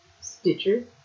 Stitcher